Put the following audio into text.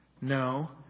No